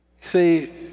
See